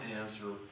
answer